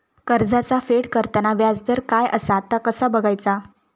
कर्जाचा फेड करताना याजदर काय असा ता कसा बगायचा?